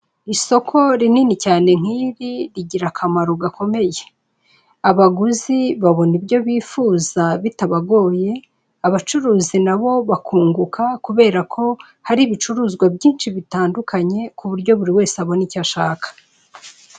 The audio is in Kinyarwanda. Isoko rinini cyane nk'iri rigira akamaro gakomeye. Abaguzi babona ibyo bifuza bitabagoye, abacuruzi nabo bakunguka kubera ko hari ibicuruzwa byinshi bitandukanye ku buryo buri wese abona icyo ashaka.